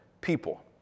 people